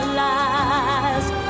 last